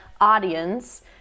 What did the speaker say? audience